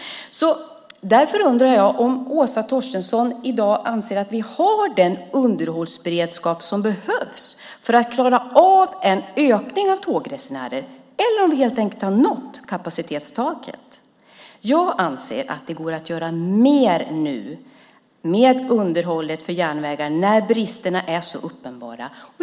Därför undrar jag om Åsa Torstensson i dag anser att vi har den underhållsberedskap som behövs för att klara av en ökning av tågresenärer eller om vi helt enkelt har nått kapacitetstaket. Jag anser att det går att göra mer nu med underhållet på järnvägarna när bristerna är så uppenbara.